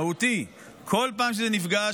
בכל פעם שזה נפגש,